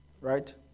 Right